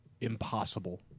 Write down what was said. impossible